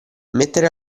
mettere